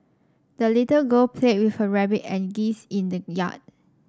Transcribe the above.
the little girl played with her rabbit and geese in the yard